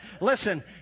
Listen